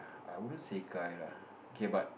I wouldn't say guy lah K but